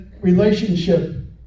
relationship